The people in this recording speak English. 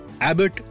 Abbott